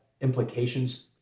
implications